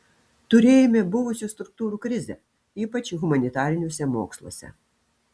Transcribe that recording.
turėjome buvusių struktūrų krizę ypač humanitariniuose moksluose